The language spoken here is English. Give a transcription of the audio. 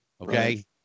Okay